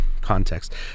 context